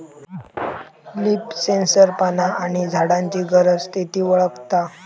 leaf sensor पाना आणि झाडांची गरज, स्थिती वळखता